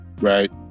Right